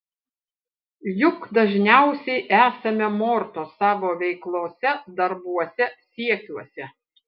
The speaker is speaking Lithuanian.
juk dažniausiai esame mortos savo veiklose darbuose siekiuose